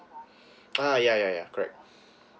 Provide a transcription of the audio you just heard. uh ya ya ya correct